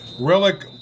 relic